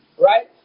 right